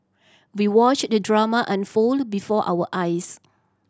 we watched the drama unfold before our eyes